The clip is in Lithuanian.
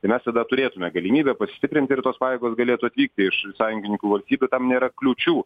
tai mes tada turėtume galimybę pasistiprinti ir tos pajėgos galėtų atvykti iš sąjungininkų valstybių tam nėra kliūčių